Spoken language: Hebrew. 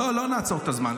לא, לא נעצור את הזמן.